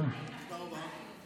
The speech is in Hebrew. אלון שוסטר פה.